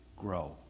grow